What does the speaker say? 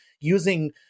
using